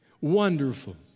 Wonderful